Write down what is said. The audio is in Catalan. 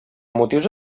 motius